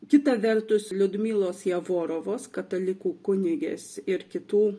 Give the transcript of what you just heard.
kita vertus liudmilos jegorovas katalikų kunigas ir kitų